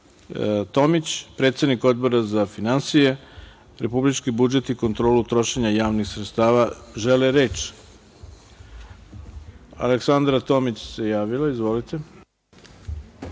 Tomić, predsednik Odbora za finansije, republički budžet i kontrolu trošenja javnih sredstava žele reč? Aleksandra Tomić se javila. Izvolite.